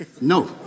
No